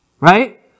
right